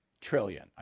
trillion